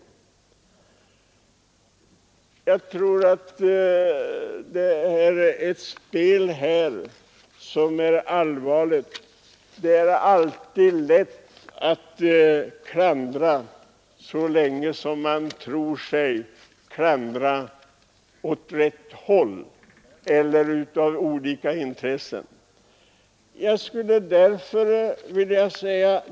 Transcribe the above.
Vi står här inför ett allvarligt spel, och det är alltid lätt att klandra en verksamhet utifrån olika intressen som man menar sig företräda.